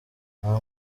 nta